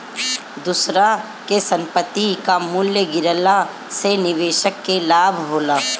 दूसरा के संपत्ति कअ मूल्य गिरला से निवेशक के लाभ होला